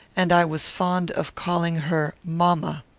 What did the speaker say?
and i was fond of calling her mamma.